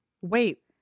wait